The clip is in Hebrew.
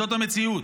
זאת המציאות.